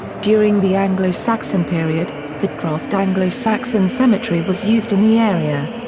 during the anglo-saxon period, fordcroft anglo-saxon cemetery was used in the area.